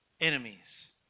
Enemies